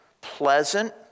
pleasant